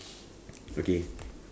okay